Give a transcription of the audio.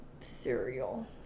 cereal